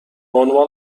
عنوان